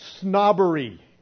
snobbery